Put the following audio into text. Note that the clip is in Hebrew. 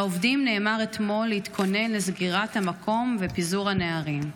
לעובדים נאמר אתמול להתכונן לסגירת המקום ולפיזור הנערים.